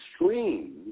extreme